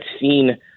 seen